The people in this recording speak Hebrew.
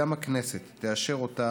בבקשה, אדוני, עשר דקות.